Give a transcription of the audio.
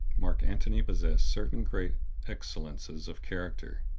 mark antony possessed certain great excellences of character.